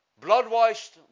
blood-washed